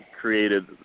Created